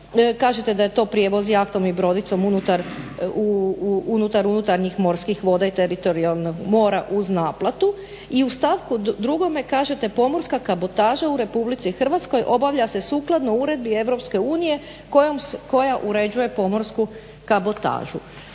Kažete da je to prijevoz jahtom i brodicom unutar unutarnjih morskih voda i teritorijalnog mora uz naplatu. I u stavku 2.kažete "pomorska kabotaža u RH obavlja se sukladno uredbi EU koja uređuje pomorsku kabotažu".